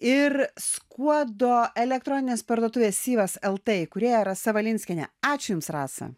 ir skuodo elektroninės parduotuvės syvas lt įkūrėja rasa valinskienė ačiū jums rasa